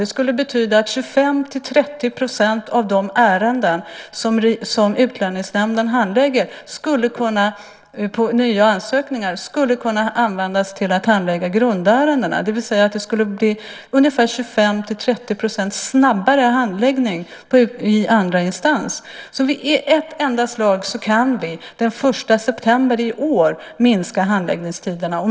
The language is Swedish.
Det skulle betyda att 25-30 % av de ärenden om nya ansökningar som Utlänningsnämnden handlägger kunde användas till att handlägga grundärendena, det vill säga att det skulle bli 25-30 % snabbare handläggning i andra instans. I ett enda slag kan vi den 1 september i år minska handläggningstiderna.